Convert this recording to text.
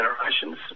generations